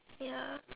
ya